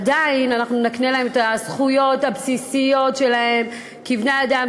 עדיין נקנה להם את הזכויות הבסיסיות שלהם כבני-אדם,